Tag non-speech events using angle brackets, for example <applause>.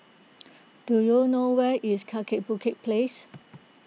<noise> do you know where is Kaki Bukit Place